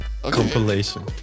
Compilation